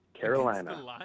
Carolina